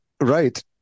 right